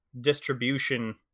distribution